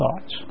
thoughts